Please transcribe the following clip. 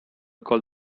called